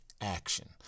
action